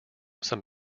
some